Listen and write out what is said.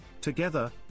Together